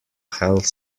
health